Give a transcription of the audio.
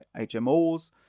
HMOs